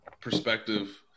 perspective